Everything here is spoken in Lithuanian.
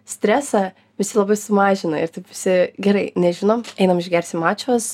stresą visi labai sumažina ir taip visi gerai nežinom einam išgersim mačos